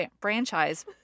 franchise